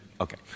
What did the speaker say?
Okay